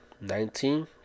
nineteen